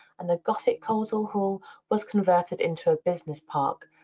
and the gothic coleshill hall was converted into a business park.